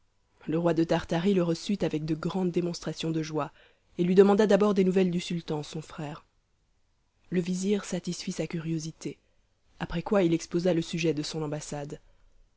le roi de tartarie le reçut avec de grandes démonstrations de joie et lui demanda d'abord des nouvelles du sultan son frère le vizir satisfit sa curiosité après quoi il exposa le sujet de son ambassade